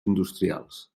industrials